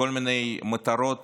לכל מיני מטרות